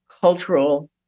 cultural